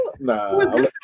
Nah